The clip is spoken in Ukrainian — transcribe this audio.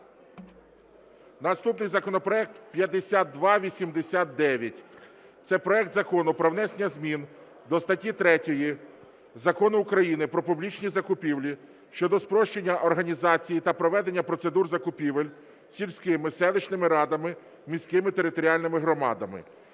Наступний законопроект 5289 – це проект Закону про внесення змін до статті 3 Закону України "Про публічні закупівлі" щодо спрощення організації та проведення процедур закупівель сільськими, селищними радами, міськими територіальними громадами.